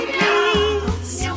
please